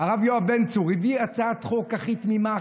הרב יואב בן צור הביא הצעת חוק הכי תמימה,